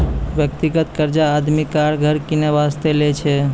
व्यक्तिगत कर्जा आदमी कार, घर किनै बासतें लै छै